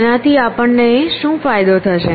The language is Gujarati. તેનાથી આપણને શું ફાયદો થશે